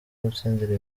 gutsindira